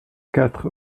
quatre